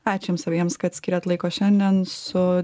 ačiū jums abiems kad skyrėt laiko šiandien su